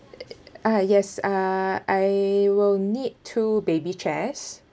ah yes uh I will need two baby chairs